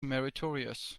meritorious